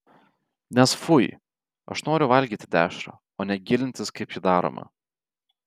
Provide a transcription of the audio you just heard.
nes fui aš noriu valgyti dešrą o ne gilintis kaip ji daroma